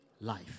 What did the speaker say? life